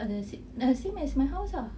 the s~ same as my house lah